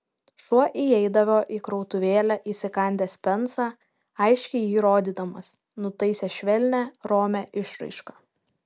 šuo įeidavo į krautuvėlę įsikandęs pensą aiškiai jį rodydamas nutaisęs švelnią romią išraišką